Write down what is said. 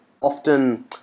often